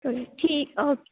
ਚੱਲ ਠੀਕ ਓਕੇ